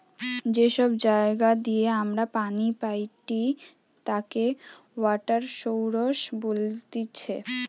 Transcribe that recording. যে সব জায়গা দিয়ে আমরা পানি পাইটি তাকে ওয়াটার সৌরস বলতিছে